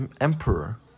emperor